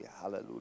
Hallelujah